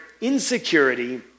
insecurity